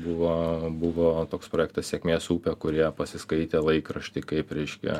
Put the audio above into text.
buvo buvo toks projektas sėkmės upė kurie pasiskaitė laikrašty kaip reiškia